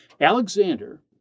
Alexander